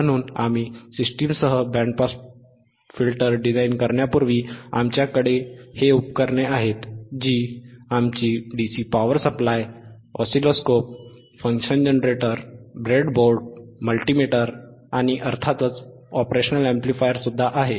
म्हणून आम्ही सिस्टमसह बँड पास फिल्टर डिझाइन करण्यापूर्वी आमच्याकडे हे उपकरणे आहेत जी आमचा DC power supply oscilloscope function generator breadboard multimeter आणि अर्थातच ऑपरेशनल अॅम्प्लिफायर सुद्धा आहे